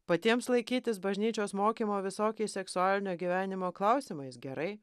patiems laikytis bažnyčios mokymo visokiais seksualinio gyvenimo klausimais gerai